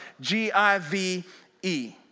G-I-V-E